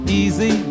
easy